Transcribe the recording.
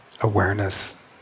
awareness